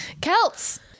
Celts